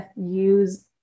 use